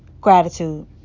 Gratitude